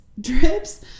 drips